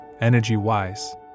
energy-wise